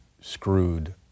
screwed